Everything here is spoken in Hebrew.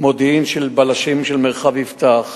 מודיעין של בלשים של מרחב יפתח